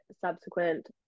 subsequent